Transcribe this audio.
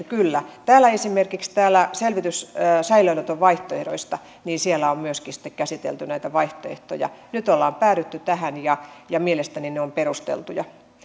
kyllä esimerkiksi täällä selvityksessä säilöönoton vaihtoehdoista on myöskin sitten käsitelty näitä vaihtoehtoja nyt ollaan päädytty tähän ja ja mielestäni ne ovat perusteltuja